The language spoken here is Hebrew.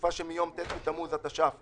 ממועד התשלום הראשון לאותו החשבון,